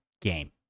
game